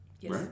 Yes